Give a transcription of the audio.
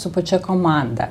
su pačia komanda